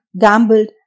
gambled